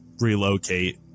relocate